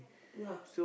ya